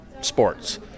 sports